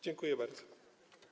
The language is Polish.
Dziękuję bardzo.